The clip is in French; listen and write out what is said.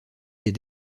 les